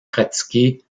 pratiqué